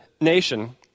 nation